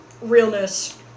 Realness